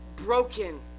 broken